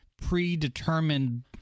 predetermined